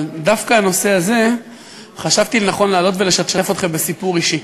אבל דווקא בנושא הזה חשבתי לנכון לעלות ולשתף אתכם בסיפור אישי: